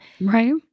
right